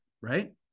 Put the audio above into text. right